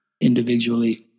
individually